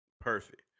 perfect